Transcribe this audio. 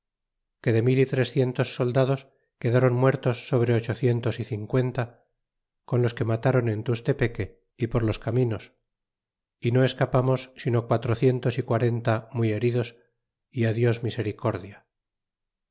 que de mil y trecientos soldados quedaron muertos sobre ochocientos y cincuenta con los que matron en tustepeque é por los caminos y no escapamos sino quatrocientos y quarenta muy heridos y dios misericordia